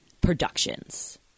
Productions